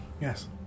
Yes